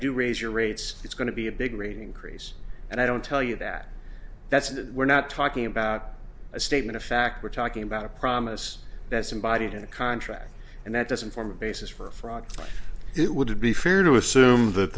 do raise your rates it's going to be a big rating crease and i don't tell you that that's it we're not talking about a statement of fact we're talking about a promise that somebody in a contract and that doesn't form a basis for fraud but it would be fair to assume that